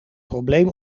probleem